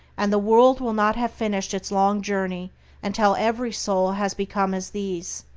and the world will not have finished its long journey until every soul has become as these,